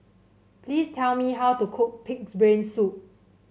please tell me how to cook pig's brain soup